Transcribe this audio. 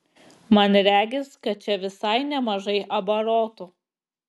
man regis kad čia visai nemažai abarotų